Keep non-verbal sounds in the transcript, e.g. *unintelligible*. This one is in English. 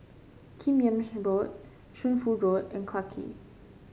Kim Yam *unintelligible* Road Shunfu Road and Clarke Quay